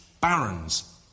barons